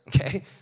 okay